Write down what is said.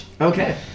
Okay